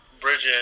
Bridget